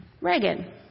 Reagan